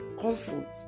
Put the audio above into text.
comfort